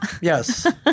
Yes